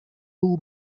rule